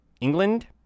England